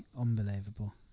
Unbelievable